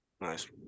Nice